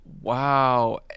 Wow